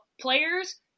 players